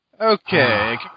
Okay